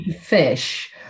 fish